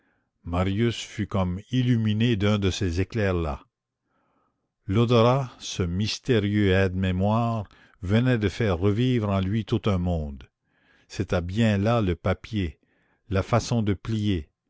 marius fut comme illuminé d'un de ces éclairs là l'odorat ce mystérieux aide mémoire venait de faire revivre en lui tout un monde c'était bien là le papier la façon de plier